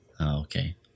Okay